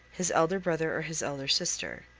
his elder brother or his elder sister.